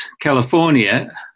California